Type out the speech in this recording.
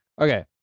Okay